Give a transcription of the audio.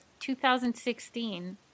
2016